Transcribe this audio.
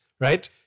Right